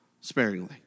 sparingly